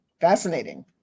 Fascinating